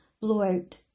blowout